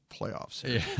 playoffs